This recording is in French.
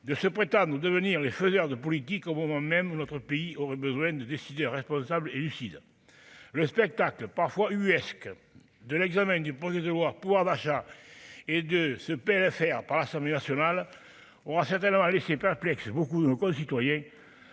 de se prétendre de venir les faiseurs de politique au moment même où notre pays aurait besoin de décider, responsable et lucide, le spectacle parfois ubuesque de l'examen du projet de loi, pouvoir d'achat et de ce PLFR par l'Assemblée nationale on certainement laissé perplexe, beaucoup de nos concitoyens,